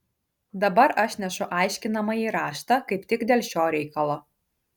dabar aš nešu aiškinamąjį raštą kaip tik dėl šio reikalo